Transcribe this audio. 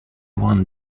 won